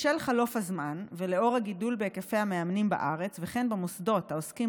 בשל חלוף הזמן ולאור הגידול בהיקפי המאמנים בארץ וכן במוסדות העוסקים